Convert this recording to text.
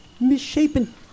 misshapen